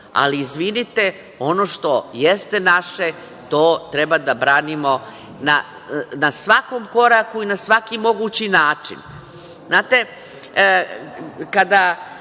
ali izvinite, ono što jeste naše to treba da branimo na svakom koraku i na svaki mogući način. Kada